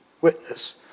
witness